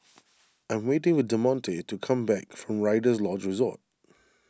I'm waiting the Demonte to come back from Rider's Lodge Resort